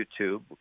YouTube